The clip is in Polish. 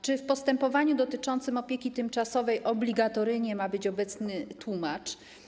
Czy podczas postępowania dotyczącego opieki tymczasowej obligatoryjnie ma być obecny tłumacz?